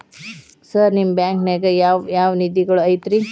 Sir ನಿಮ್ಮ ಬ್ಯಾಂಕನಾಗ ಯಾವ್ ಯಾವ ನಿಧಿಗಳು ಐತ್ರಿ?